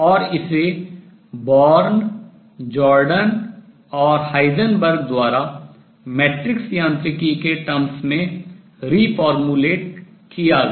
और इसे Born Jordan और Heisenberg बॉर्न जॉर्डन और हाइजेनबर्ग द्वारा मैट्रिक्स यांत्रिकी के terms पदों में reformulate पुनर्निर्मित किया गया